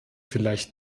vielleicht